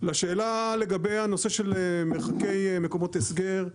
לשאלה לגבי הנושא של מרחקי מקומות הסגר,